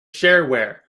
shareware